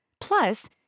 plus